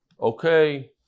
okay